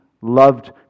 loved